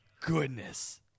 goodness